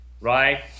right